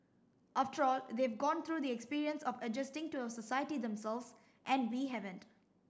after all they've gone through the experience of adjusting to our society themselves and we haven't